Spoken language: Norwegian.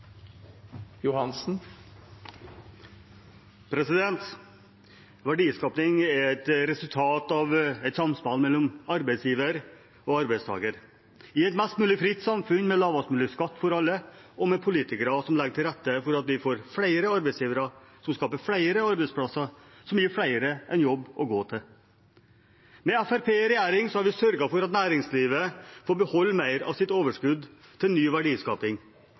et resultat av et samspill mellom arbeidsgiver og arbeidstaker i et mest mulig fritt samfunn, med lavest mulig skatt for alle og med politikere som legger til rette for at vi får flere arbeidsgivere, som skaper flere arbeidsplasser, som gir flere en jobb å gå til. Med Fremskrittspartiet i regjering har vi sørget for at næringslivet får beholde mer av sitt overskudd til ny verdiskaping,